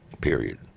period